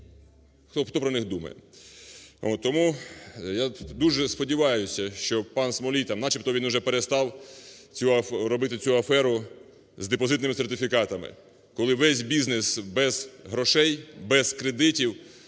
хто про них думає. Тому я дуже сподіваюся, що пан Смолій, начебто він уже перестав робити цю аферу з депозитними сертифікатами, коли весь бізнес без грошей, без кредитів,